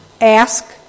ask